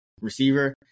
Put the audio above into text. receiver